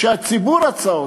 והציבור רצה אותו.